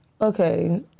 Okay